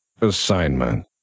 assignment